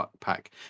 Pack